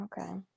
okay